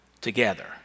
together